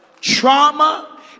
Trauma